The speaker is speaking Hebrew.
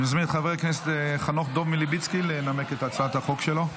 אני מזמין את חבר הכנסת חנוך דב מלביצקי לנמק את הצעת החוק שלו.